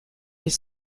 his